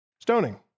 Stoning